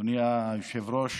אדוני היושב-ראש,